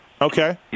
Okay